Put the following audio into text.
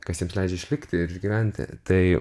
kas jiems leidžia išlikti ir išgyventi tai